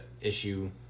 issue